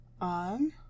On